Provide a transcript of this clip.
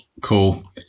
cool